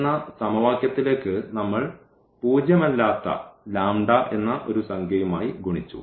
എന്ന സമവാക്യത്തിലേക്ക് നമ്മൾ പൂജ്യമല്ലാത്ത λ എന്ന ഒരു സംഖ്യയുമായി ഗുണിച്ചു